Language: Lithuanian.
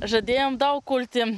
žadėjom daug kulti